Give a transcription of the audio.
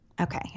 Okay